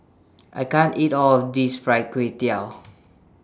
I can't eat All This Fried Kway Tiao